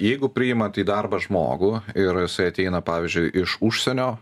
jeigu priimat į darbą žmogų ir jisai ateina pavyzdžiui iš užsienio